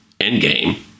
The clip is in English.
endgame